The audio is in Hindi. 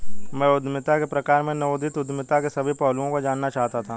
मैं उद्यमिता के प्रकार में नवोदित उद्यमिता के सभी पहलुओं को जानना चाहता था